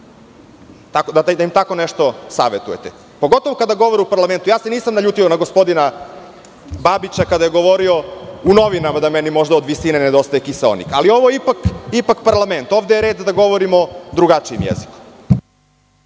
tako nešto savetujete, pogotovo kada govore u parlamentu. Ja se nisam naljutio na gospodina Babića kada je po novinama govorio da meni možda od visine nedostaje kiseonik. Ali, ovo je ipak parlament. Ovde je red da govorimo drugačijim jezikom.